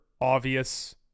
obvious